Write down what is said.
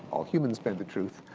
all humans bend the truth,